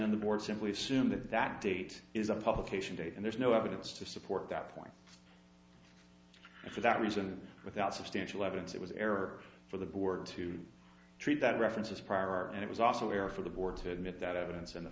in the board simply assumed that that date is a publication date and there's no evidence to support that point and for that reason without substantial evidence it was error for the board to treat that reference as par and it was also error for the board to admit that evidence in the